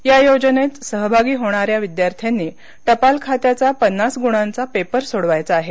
या योजनेत सहभागी होणाऱ्या विद्यार्थ्यांनी टपाल खात्याचा पन्नास गुणांचा पेपर सोडवायचा आहे